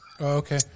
okay